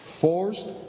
forced